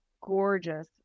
gorgeous